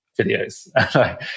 videos